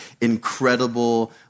incredible